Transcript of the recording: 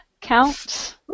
count